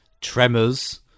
tremors